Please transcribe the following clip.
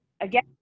again